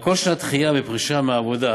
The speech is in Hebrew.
על כל שנת דחייה בפרישה מעבודה